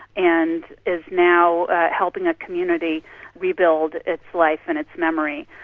and is now helping a community rebuild its life and its memory.